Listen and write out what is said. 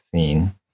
scene